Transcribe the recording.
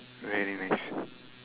very nice